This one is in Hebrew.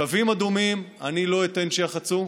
קווים אדומים, אני לא אתן שייחצו.